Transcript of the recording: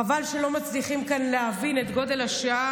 חבל שלא מצליחים כאן להבין את גודל השעה